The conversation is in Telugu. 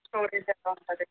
స్టోరేజ్ ఎలా ఉంటుంది